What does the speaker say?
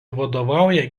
vadovauja